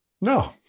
No